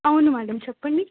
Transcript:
అవును మేడం చెప్పండి